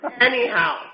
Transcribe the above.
Anyhow